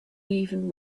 even